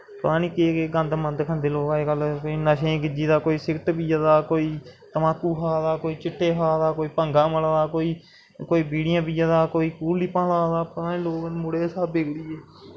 पता निं केह् केह् गंदा मंद खंदे अजकल्ल लोग कोई नशें गी गिज्जी दा कोई सिगट पिया दा कोई तम्बाकू खा'रदा कोई चिट्टे खा दा कोई पंगा मला दा कोई बीड़ियां पिया दा कोई कूल डमददत़ लिप्पां ला दा तां गै मुड़े सब बिगड़िये